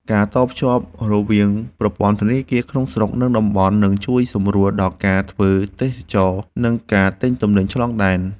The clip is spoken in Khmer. ការតភ្ជាប់រវាងប្រព័ន្ធធនាគារក្នុងស្រុកនិងតំបន់នឹងជួយសម្រួលដល់ការធ្វើទេសចរណ៍និងការទិញទំនិញឆ្លងដែន។